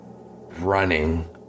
running